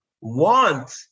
want